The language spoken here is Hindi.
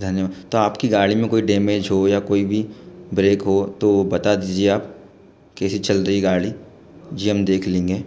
धन्य तो आपकी गाड़ी में कोई डेमेज हो या कोई भी ब्रेक हो तो वो बता दीजिए आप कैसी चल रही गाड़ी जी हम देख लेंगे